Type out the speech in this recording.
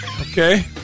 Okay